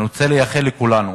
אני רוצה לאחל לכולנו